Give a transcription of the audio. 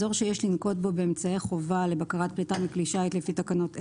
אזור שיש לנקוט בו באמצעי חובה לבקרת פליטה מכלי שיט לפי תקנות אלה,